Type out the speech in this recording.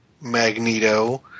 Magneto